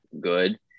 good